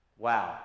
Wow